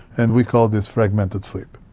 and we call this fragmented sleep.